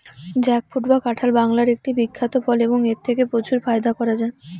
jackfruit বা কাঁঠাল বাংলার একটি বিখ্যাত ফল এবং এথেকে প্রচুর ফায়দা করা য়ায়